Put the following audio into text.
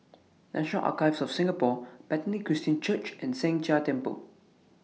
National Archives of Singapore Bethany Christian Church and Sheng Jia Temple